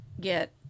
get